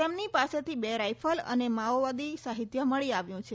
તેમની પાસેથી બે રાયફલ અને માઓવાદી સાહિત્ય મળી આવ્યું છે